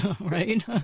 right